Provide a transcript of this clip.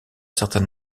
certain